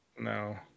No